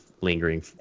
lingering